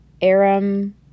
Aram